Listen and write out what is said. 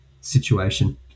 situation